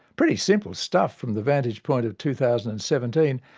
pretty simple stuff, from the vantage point of two thousand and seventeen,